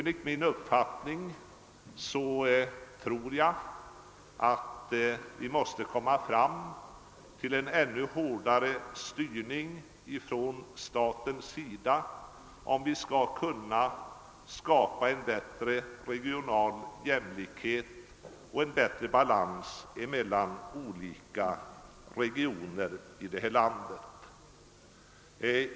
Enligt min uppfattning måste vi genomföra en ännu hårdare styrning från statens sida, om vi skall kunna skapa en bättre regional jämlikhet och en bättre balans mellan olika regioner i detta land.